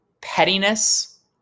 pettiness